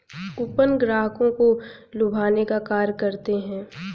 coupon ग्राहकों को लुभाने का कार्य करते हैं